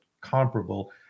comparable